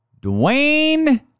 Dwayne